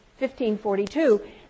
1542